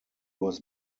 was